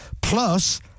plus